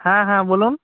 হ্যাঁ হ্যাঁ বলুন